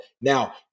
Now